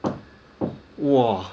!wah!